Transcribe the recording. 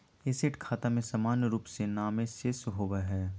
asset खाता में सामान्य रूप से नामे शेष होबय हइ